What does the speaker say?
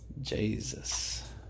Jesus